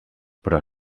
però